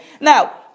Now